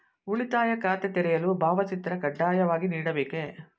ಉಳಿತಾಯ ಖಾತೆ ತೆರೆಯಲು ಭಾವಚಿತ್ರ ಕಡ್ಡಾಯವಾಗಿ ನೀಡಬೇಕೇ?